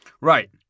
right